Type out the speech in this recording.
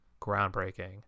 groundbreaking